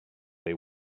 they